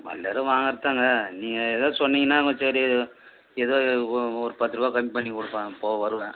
வந்தது வாங்குறது தான்ங்க நீங்கள் ஏதாச்சும் சொன்னிங்கன்னா கொஞ்சம் சரி ஏதோ ஒரு ஒரு பத்துரூபா கம்மி பண்ணிக்கொடுப்பேன் போக வருவேன்